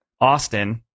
Austin